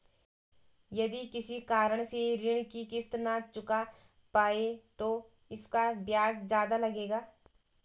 यदि किसी कारण से ऋण की किश्त न चुका पाये तो इसका ब्याज ज़्यादा लगेगा?